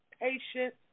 patient